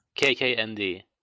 KKND